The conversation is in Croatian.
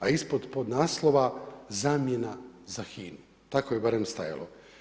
A ispod podnaslova, zamjena za HINA-u, tako je barem stajalo.